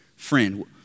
Friend